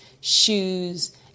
shoes